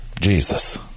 Jesus